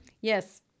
Yes